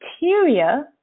interior